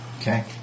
Okay